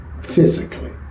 physically